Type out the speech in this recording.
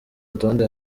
rutonde